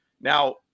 Now